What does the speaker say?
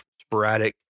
sporadic